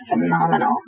phenomenal